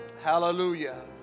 hallelujah